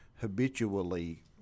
habitually